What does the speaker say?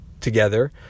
together